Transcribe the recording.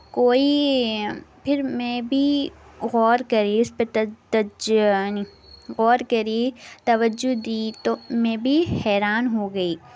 کوئی پھر میں بھی غور کری اس پہ تج تج یعنی غور کری توجہ دی تو میں بھی حیران ہو گئی